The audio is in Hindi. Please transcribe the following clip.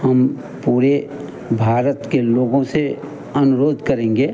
हम पूरे भारत के लोगों से अनुरोध करेंगे